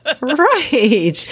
Right